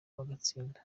bagatsinda